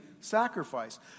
sacrifice